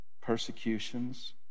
persecutions